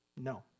No